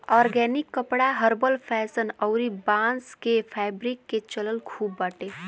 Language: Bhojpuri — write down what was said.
ऑर्गेनिक कपड़ा हर्बल फैशन अउरी बांस के फैब्रिक के चलन खूब बाटे